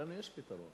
לנו יש פתרון.